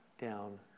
down